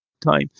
time